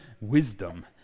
wisdom